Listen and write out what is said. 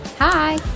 Hi